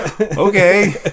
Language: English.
okay